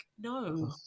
no